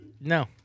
No